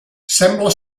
sembla